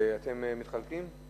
אתם מתחלקים?